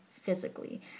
physically